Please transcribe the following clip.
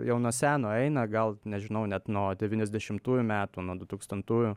jau nuo seno eina gal nežinau net nuo devyniasdešimtųjų metų nuo dutūkstantųjų